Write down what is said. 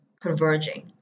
converging